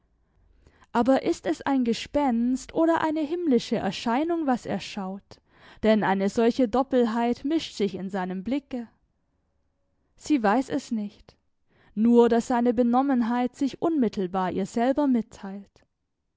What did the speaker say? aber ist es ein gespenst oder eine himmlische erscheinung was er schaut denn eine solche doppelheit mischt sich in seinem blicke sie weiß es nicht nur daß seine benommenheit sich unmittelbar ihr selber mitteilt